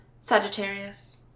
Sagittarius